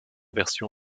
version